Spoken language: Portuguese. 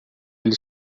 ele